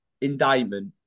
indictment